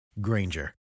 Granger